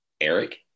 Eric